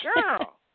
Girl